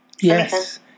yes